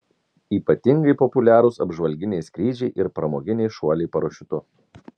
ypatingai populiarūs apžvalginiai skrydžiai ir pramoginiai šuoliai parašiutu